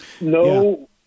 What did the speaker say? No –